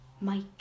Mike